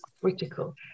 critical